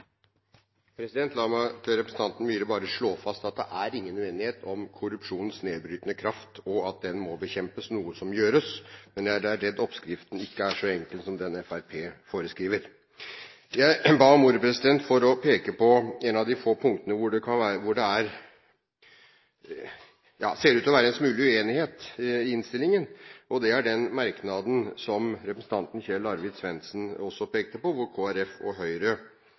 ingen uenighet om korrupsjonens nedbrytende kraft og at den må bekjempes – noe som gjøres – men jeg er redd oppskriften ikke er så enkel som Fremskrittspartiet foreskriver. Jeg ba om ordet for å peke på et av de få punktene hvor det ser ut til å være en smule uenighet i innstillingen, og det er den merknaden som representanten Kjell Arvid Svendsen også tok opp, hvor Kristelig Folkeparti og Høyre